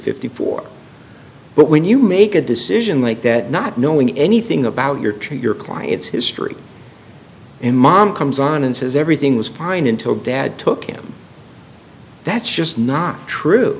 four but when you make a decision like that not knowing anything about your treat your client's history in mom comes on and says everything was fine until dad took him that's just not true